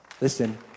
Listen